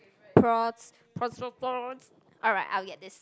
prawns prawns prawns prawns alright I'll get this